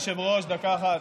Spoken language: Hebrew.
אדוני היושב-ראש, דקה אחת.